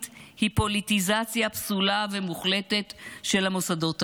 היא פוליטיזציה פסולה ומוחלטת של המוסדות האלה.